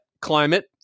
climate